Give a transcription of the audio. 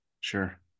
Sure